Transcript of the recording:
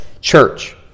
church